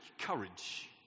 courage